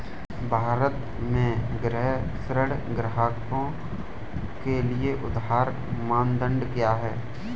भारत में गृह ऋण ग्राहकों के लिए उधार मानदंड क्या है?